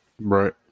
Right